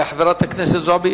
חברת הכנסת זועבי,